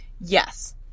Yes